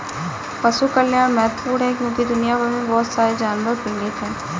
पशु कल्याण महत्वपूर्ण है क्योंकि दुनिया भर में बहुत सारे जानवर पीड़ित हैं